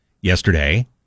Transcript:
yesterday